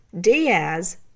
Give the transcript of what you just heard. Diaz